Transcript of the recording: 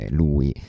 lui